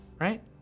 right